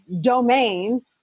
domain